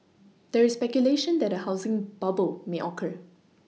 there is speculation that a housing bubble may occur